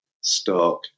stark